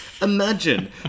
imagine